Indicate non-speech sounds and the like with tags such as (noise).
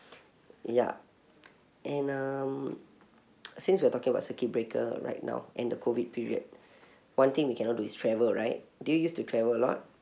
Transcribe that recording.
ya and um (noise) since we are talking about circuit breaker right now and the COVID period (breath) one thing we cannot do is travel right did you use to travel a lot